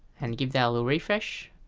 and give that a little refresh